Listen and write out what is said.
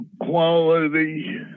quality